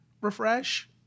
refresh